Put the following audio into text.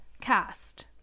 cast